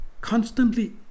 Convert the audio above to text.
constantly